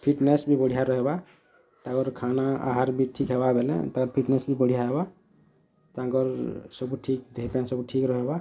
fitness ବି ବଢ଼ିଆ ରହେବା ତାକର ଖାନା ଆହାର୍ ଠିକ୍ ହେବା ବୋଲେ ତା ଫିଟନେସ୍ ବଢ଼ିଆ ହେବା ତାଙ୍କର ଦେହ ପାଇଁ ଠିକ୍ ରହେବା